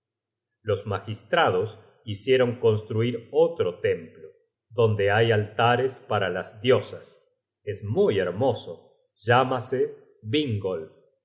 los magistrados hicieron construir otro templo donde hay altares para las diosas es muy hermoso llámase